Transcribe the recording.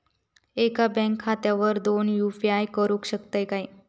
एका बँक खात्यावर दोन यू.पी.आय करुक शकतय काय?